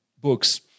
books